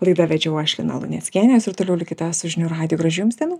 laidą vedžiau aš lina luneckienė jūs ir toliau likite su žinių radiju gražių jums dienų